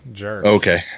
okay